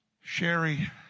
Sherry